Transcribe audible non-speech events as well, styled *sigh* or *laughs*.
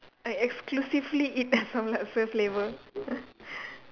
I exclusively eat *laughs* asam laksa flavour *laughs*